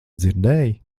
dzirdēji